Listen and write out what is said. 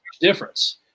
difference